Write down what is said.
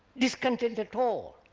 discontent at all.